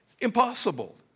Impossible